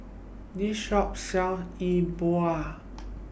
This Shop sells Yi Bua